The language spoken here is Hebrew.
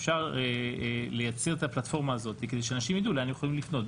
אפשר לייצר את הפלטפורמה הזאת כדי שאנשים ידעו לאן הם יכולים לפנות,